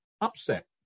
upset